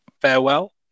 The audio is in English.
farewell